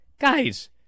Guys